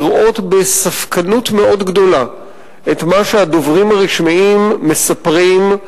לראות בספקנות גדולה מאוד את מה שהדוברים הרשמיים מספרים,